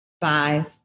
five